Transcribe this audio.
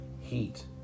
heat